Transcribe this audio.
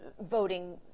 voting